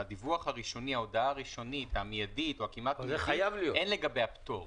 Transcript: ההודעה הראשונית המיידית אין לגביה פטור.